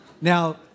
Now